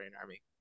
army